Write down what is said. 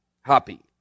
Happy